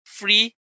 free